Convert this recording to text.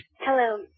Hello